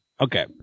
Okay